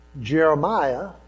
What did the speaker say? Jeremiah